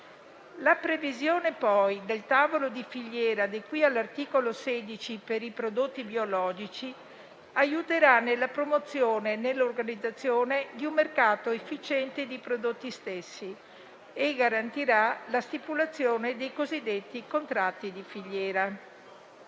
La previsione, poi, del tavolo di filiera (qui all'articolo 16) per i prodotti biologici aiuterà nella promozione e nell'organizzazione di un mercato efficiente dei prodotti stessi e garantirà la stipulazione dei cosiddetti contratti di filiera.